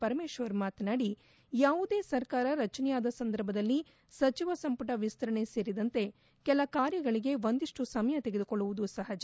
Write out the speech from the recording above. ಪರಮೇಶ್ವರ್ ಮಾತನಾಡಿ ಯಾವುದೇ ಸರ್ಕಾರ ರಚನೆಯಾದ ಸಂದರ್ಭದಲ್ಲಿ ಸಚಿವ ಸಂಪುಟ ಎಸ್ತರಣೆ ಸೇರಿದಂತೆ ಕೆಲ ಕಾರ್ಯಗಳಿಗೆ ಒಂದಿಷ್ಟು ಸಮಯ ತೆಗೆದುಕೊಳ್ಳುವುದು ಸಪಜ